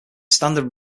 standard